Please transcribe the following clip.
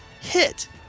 Hit